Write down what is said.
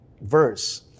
verse